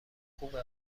خوبه